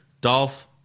Dolph